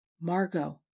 Margot